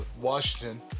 Washington